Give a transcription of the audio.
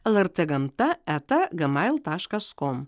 lrt gamta eta gmail taškas kom